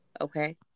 okay